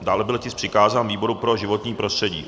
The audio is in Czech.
Dále byl tisk přikázán výboru pro životní prostředí.